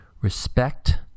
Respect